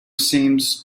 seems